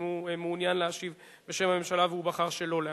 הוא מעוניין להשיב בשם הממשלה והוא בחר שלא להשיב.